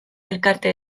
elkarte